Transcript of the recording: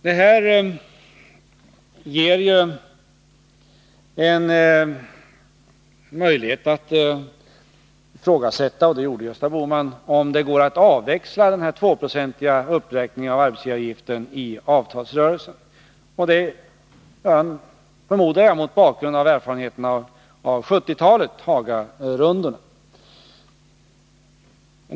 Detta ger en möjlighet att ifrågasätta, och det gjorde Gösta Bohman, om det går att avväxla den 2-procentiga uppräkningen av arbetsgivaravgiften i avtalsrörelsen. Det sker förmodar jag mot bakgrund av erfarenheterna från 1970-talets Hagarundor.